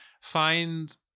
find